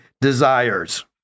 desires